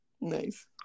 Nice